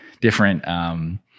different